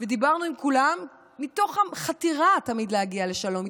ודיברנו עם כולם מתוך חתירה תמיד להגיע לשלום,